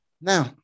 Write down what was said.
Now